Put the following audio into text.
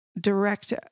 direct